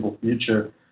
future